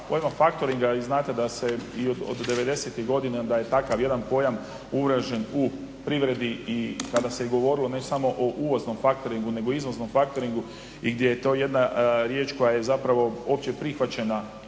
ovoga factoringa vi znate da se i od 90-ih godina da je takav jedan pojam … u privredi i tada se i govorilo ne samo o uvoznom factoringu, nego izvoznom factoringu i gdje je to jedna riječ koja je zapravo opće prihvaćena